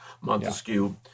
Montesquieu